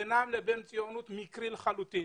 שהקשר בינם לבין ציונות מקרי לחלוטין